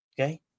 Okay